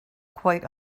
quite